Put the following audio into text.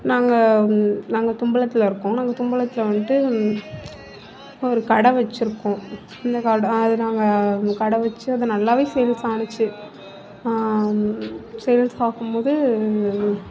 நாங்கள் நாங்கள் தும்பலத்திலருக்கோம் நாங்கள் தும்பலத்தில் வந்துட்டு ஒரு கடை வச்சுருக்கோம் அந்த கடை அது நாங்கள் கடை வச்சு அது நல்லா சேல்ஸ் ஆனுச்சு சேல்ஸ் ஆகும்போது